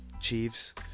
Chiefs